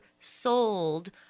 sold